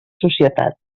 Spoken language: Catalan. societat